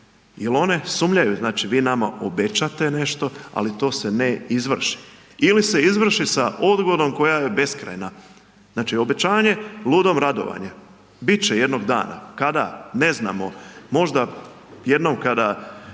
jer one sumnjaju, znači vi nama obećate nešto, ali to se ne izvrši. Ili se izvrši sa odgodom koja je beskrajna. Znači obećanje, ludom radovanje. Bit će jednog dana, kada? Ne znamo. Možda jednom kada